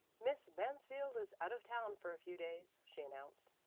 miss mansfield is out of town for a few days, she announced.